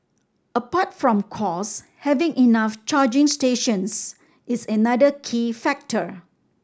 apart from cost having enough charging stations is another key factor